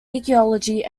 ecology